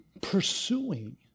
pursuing